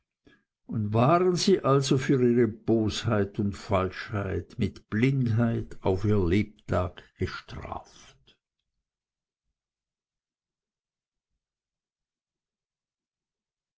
und waren sie also für ihre bosheit und falschheit mit blindheit auf ihr lebtag bestraft